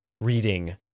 reading